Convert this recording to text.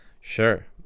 Sure